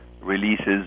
releases